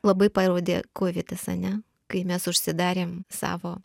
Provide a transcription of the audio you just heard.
labai parodė kovidas ane kai mes užsidarėm savo